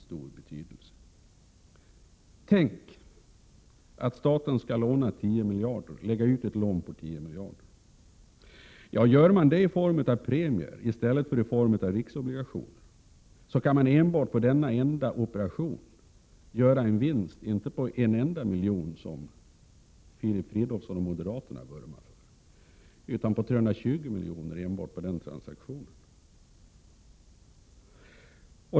Säg att staten skall lägga ut ett lån på 10 miljarder. Om man gör det i form av premier i stället för i form av riksobligationer, kan man på denna enda operation göra en vinst, inte på en enda miljon, som Filip Fridolfsson och moderaterna vurmar för, utan på 320 miljoner årligen.